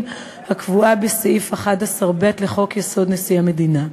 הקבועה בסעיף 11(ב) לחוק-יסוד: נשיא המדינה.